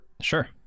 sure